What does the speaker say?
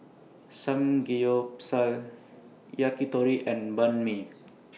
Samgeyopsal Yakitori and Banh MI